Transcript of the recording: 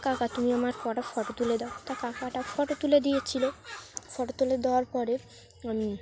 কাকা তুমি আমার কটা ফটো তুলে দাও তার কাকাটা ফটো তুলে দিয়েছিলো ফটো তুলে দেওয়ার পরে আমি